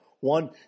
One